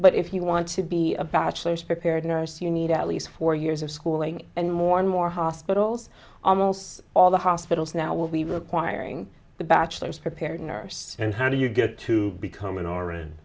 but if you want to be a bachelor's prepared nurse you need at least four years of schooling and more and more hospitals almost all the hospitals now will be requiring a bachelor's prepared nurse and how do you get to become an r